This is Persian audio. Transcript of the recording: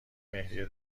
مهریه